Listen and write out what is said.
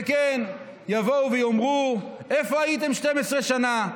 וכן, יבואו ויאמרו, איפה הייתם 12 שנה?